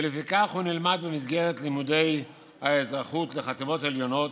ולפיכך הוא נלמד במסגרת לימודי האזרחות לחטיבות העליונות,